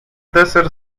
deser